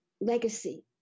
legacy